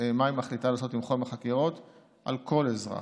מה היא מחליטה לעשות עם חומר חקירות על כל אזרח,